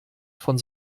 von